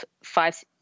five